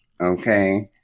Okay